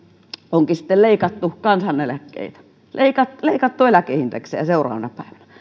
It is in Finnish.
onkin sitten leikattu kansaneläkkeitä seuraavana päivänä leikattu eläkeindeksejä